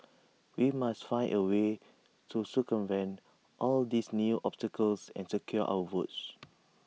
we must find A way to circumvent all these new obstacles and secure our votes